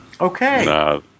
Okay